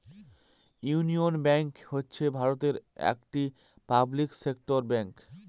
union bank হচ্ছে ভারতের একটি পাবলিক সেক্টর ব্যাঙ্ক